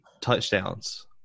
touchdowns